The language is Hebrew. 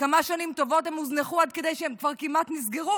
כמה שנים טובות הם הוזנחו עד כדי שהם כבר כמעט נסגרו,